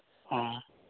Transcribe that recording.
ᱦᱮᱸ